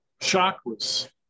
chakras